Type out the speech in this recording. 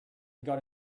got